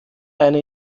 eine